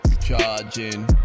charging